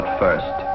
first